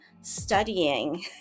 studying